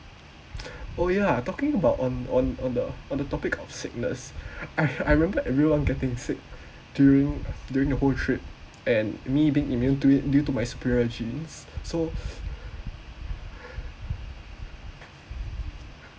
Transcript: oh ya talking about on on on the on the topic of sickness I I remember everyone getting sick during during the whole trip and me being immune to it and due to my superior genes so